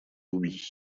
oubli